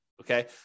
okay